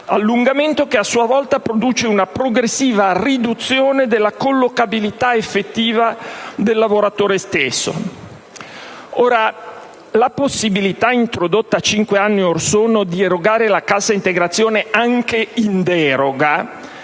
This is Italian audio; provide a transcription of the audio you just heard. di inattività, che a sua volta produce una progressiva riduzione della collocabilità effettiva del lavoratore stesso. Ora, la possibilità introdotta cinque anni fa di erogare la cassa integrazione anche in deroga,